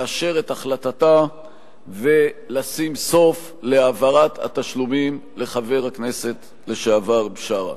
לאשר את החלטתה ולשים סוף להעברת התשלומים לחבר הכנסת לשעבר בשארה.